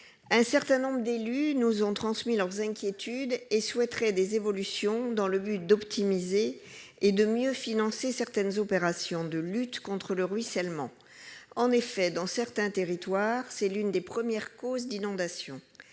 un certain nombre d'élus nous ont fait part de leurs inquiétudes et du fait qu'ils souhaiteraient des évolutions dans le but d'optimiser et de mieux financer certaines opérations de lutte contre le ruissellement. En effet, dans certains territoires, c'est l'une des premières causes d'inondations.